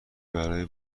برای